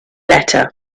letter